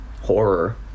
horror